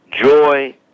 joy